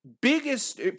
biggest